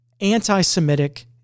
anti-Semitic